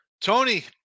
Tony